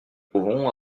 pouvons